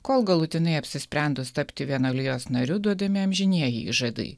kol galutinai apsisprendus tapti vienuolijos nariu duodami amžinieji įžadai